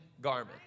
garment